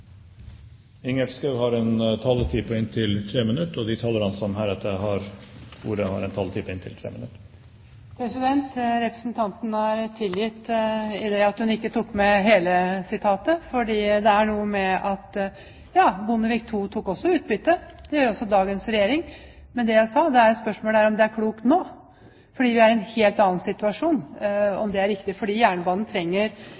De talere som heretter får ordet, har en taletid på inntil 3 minutter. Representanten er tilgitt, idet hun ikke tok med hele sitatet. Ja, Bondevik II tok også utbytte, og det gjør også dagens regjering. Men det jeg sa, var at spørsmålet er om det er klokt nå, fordi vi er i en helt annen situasjon,